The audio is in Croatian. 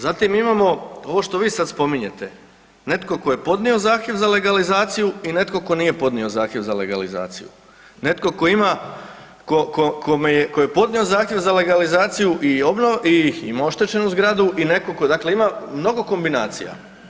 Zatim imamo ovo što vi sada spominjete, netko tko je podnio zahtjev za legalizaciju i netko tko nije podnio zahtjev za legalizaciju, netko tko je podnio zahtjev za legalizaciju i ima oštećenu zgradu i netko tko, dakle ima mnogo kombinacija.